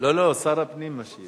לא, לא, שר הפנים משיב.